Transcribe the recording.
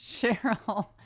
Cheryl